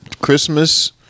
Christmas